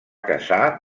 casar